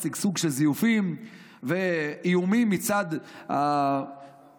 שגשוג של זיופים ואיומים מצד אותה